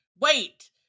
Wait